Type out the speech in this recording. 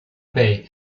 bay